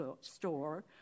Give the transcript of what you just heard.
store